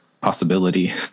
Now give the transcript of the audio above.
possibility